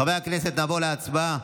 חברי הכנסת, נעבור להצבעה.